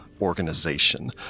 organization